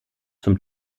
zum